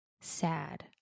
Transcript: Sad